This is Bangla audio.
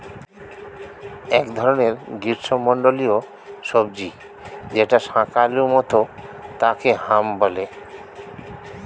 এক ধরনের গ্রীষ্মমন্ডলীয় সবজি যেটা শাকালু মতো তাকে হাম বলে